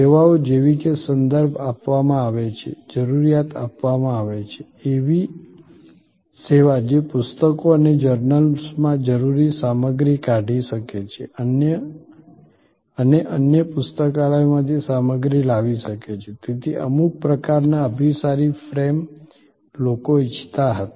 સેવાઓ જેવી કે સંદર્ભ આપવામાં આવે છે જરૂરિયાત આપવામાં આવે છે એવી સેવા જે પુસ્તકો અને જર્નલ્સમાંથી જરૂરી સામગ્રી કાઢી શકે છે અને અન્ય પુસ્તકાલયોમાંથી સામગ્રી લાવી શકે છે તેથી અમુક પ્રકારના અભિસારી ફ્રેમ લોકો ઇચ્છતા હતા